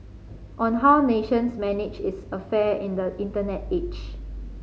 on how nations manage its affair in the Internet age